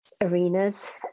arenas